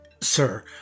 sir